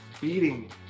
beating